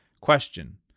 Question